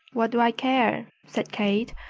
what do i care? said kate.